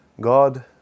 God